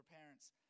parents